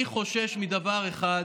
אני חושש מדבר אחד,